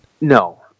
No